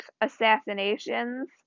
assassinations